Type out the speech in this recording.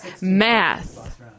Math